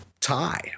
tie